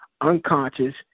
unconscious